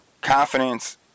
Confidence